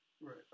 Right